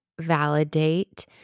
validate